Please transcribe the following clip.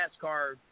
NASCAR